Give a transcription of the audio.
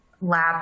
lab